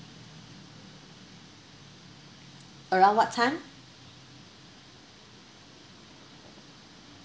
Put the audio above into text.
around what time